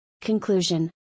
Conclusion